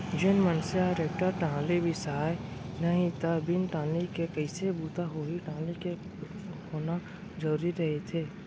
जेन मनसे ह टेक्टर टाली बिसाय नहि त बिन टाली के कइसे बूता होही टाली के होना जरुरी रहिथे